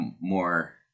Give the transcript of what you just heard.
more